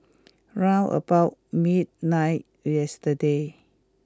round about midnight yesterday